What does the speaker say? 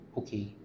okay